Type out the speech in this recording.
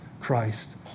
Christ